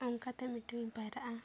ᱚᱱᱠᱟᱛᱮ ᱢᱤᱫᱴᱟᱝ ᱤᱧ ᱯᱟᱭᱨᱟᱜᱼᱟ